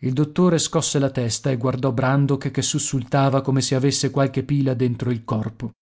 il dottore scosse la testa e guardò brandok che sussultava come se avesse qualche pila dentro il corpo